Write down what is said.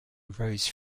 rose